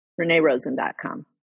ReneeRosen.com